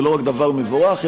ולא רק דבר מבורך,